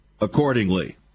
accordingly